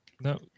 No